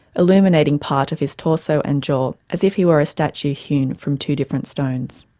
illuminating part of his torso and jaw as if he were a statue hewn from two different stones'.